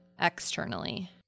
externally